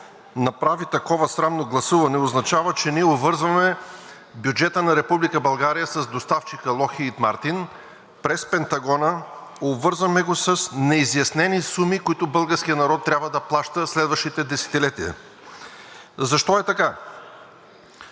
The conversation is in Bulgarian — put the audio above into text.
направи такова срамно гласуване, означава, че ние обвързваме бюджета на Република България с доставчика „Логхийд Мартин“ през Пентагона, обвързваме го с неизяснени суми, които българският народ трябва да плаща следващите десетилетия. Защо е така?